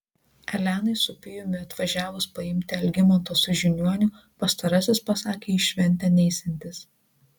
elenai su pijumi atvažiavus paimti algimanto su žiniuoniu pastarasis pasakė į šventę neisiantis